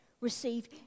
receive